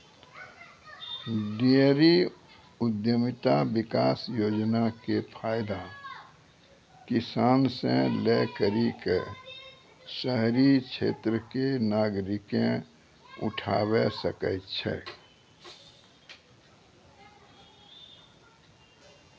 dairy उद्यमिता विकास योजना के फायदा किसान से लै करि क शहरी क्षेत्र के नागरिकें उठावै सकै छै